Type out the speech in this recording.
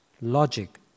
logic